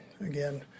again